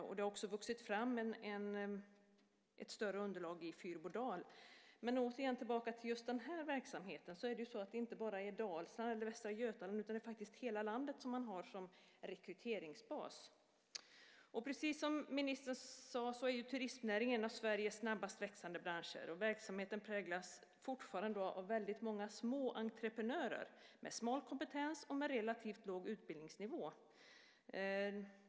Det har också vuxit fram ett större underlag i Fyrbodal. Men återigen tillbaka till just den här verksamheten. Det är inte bara Dalsland eller Västra Götaland utan faktiskt hela landet som man har som rekryteringsbas. Precis som ministern sade är turistnäringen en av Sveriges snabbast växande branscher. Verksamheten präglas fortfarande av väldigt många små entreprenörer med smal kompetens och med relativt låg utbildningsnivå.